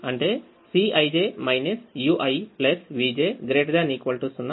అంటే Cij uivj ≥ 0 uivj ≤ Cij